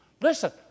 listen